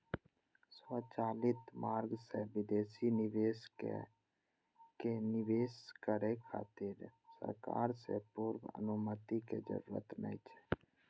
स्वचालित मार्ग सं विदेशी निवेशक कें निवेश करै खातिर सरकार सं पूर्व अनुमति के जरूरत नै छै